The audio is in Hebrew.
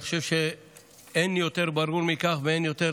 אני חושב שאין יותר ברור מכך ואין יותר